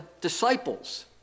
disciples